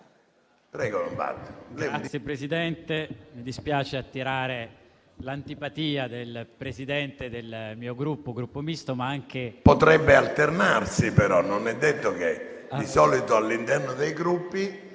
Presidente, mi dispiace attirare l'antipatia del Presidente del mio Gruppo, il Gruppo Misto, ma anche... PRESIDENTE. Potrebbe alternarsi, però, non è detto: di solito, all'interno dei Gruppi,